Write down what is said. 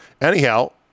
Anyhow